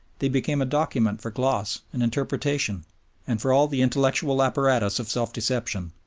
they became a document for gloss and interpretation and for all the intellectual apparatus of self-deception,